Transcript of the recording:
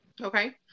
Okay